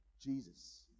Jesus